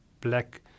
black